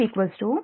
u లభిస్తుంది